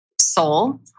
soul